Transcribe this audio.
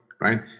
right